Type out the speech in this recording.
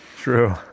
True